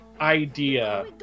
idea